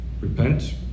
Repent